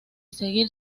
seguir